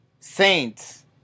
Saints